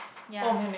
ya